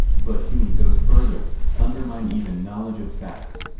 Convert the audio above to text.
but hume goes further undermine even knowledge of facts.